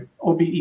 OBE